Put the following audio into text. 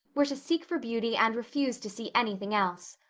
we're to seek for beauty and refuse to see anything else.